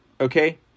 Okay